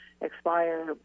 expire